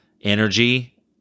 energy